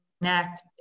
connect